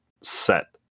set